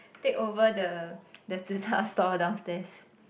take over the the Zi-Char stall downstairs